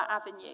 avenue